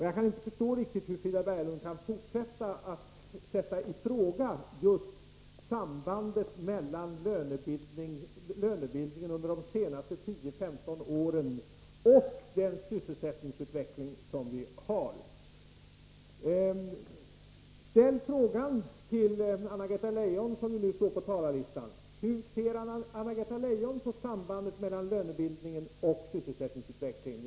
Jag kan inte riktigt förstå hur Frida Berglund kan fortsätta att sätta i fråga just sambandet mellan lönebildningen under de senaste 10-15 åren och den sysselsättningsutveckling som vi har. Ställ frågan till Anna-Greta Leijon, som står i tur på talarlistan: Hur ser Anna-Greta Leijon på sambandet mellan lönebildningen och sysselsättningsutvecklingen?